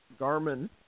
Garmin